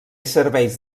serveis